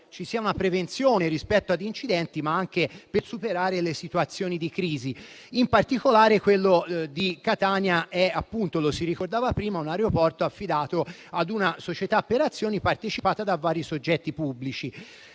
ci sia una prevenzione rispetto agli incidenti, ma anche per superare le situazioni di crisi. In particolare, l'aeroporti di Catania è affidato - lo si ricordava prima - ad una società per azioni partecipata da vari soggetti pubblici.